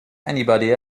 anybody